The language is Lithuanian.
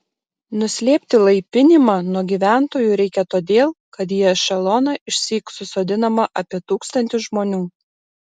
nuslėpti laipinimą nuo gyventojų reikia todėl kad į ešeloną išsyk susodinama apie tūkstantį žmonių